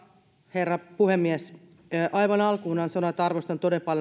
herra puhemies aivan alkuun sanon että arvostan